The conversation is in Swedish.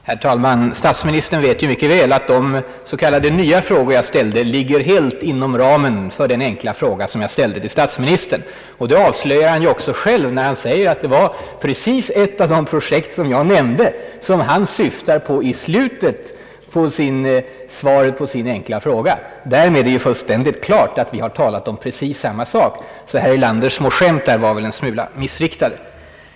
Herr talman! Statsministern vet mycket väl att de s.k. nya frågor som jag ställde ligger helt inom ramen för min enkla fråga till statsministern. Det avslöjar han ju också själv när han säger att det var precis ett av de projekt, som jag nämnde, som han syftar på i slutet av svaret på den enkla frågan. Därmed är det fullständigt klart att vi har talat om samma sak. Herr Erlanders små skämt var väl därför en smula missriktade.